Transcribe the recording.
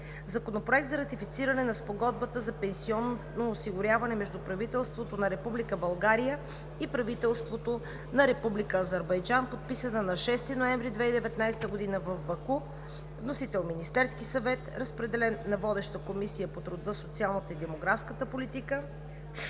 Законопроект за ратифициране на Спогодбата за пенсионно осигуряване между правителството на Република България и правителството на Република Азербайджан, подписана на 6 ноември 2019 г. в Баку. Вносител е Министерският съвет. Разпределен е на водещата Комисия по труда, социалната и демографската политика,